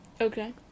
Okay